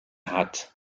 hat